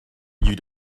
you